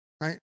right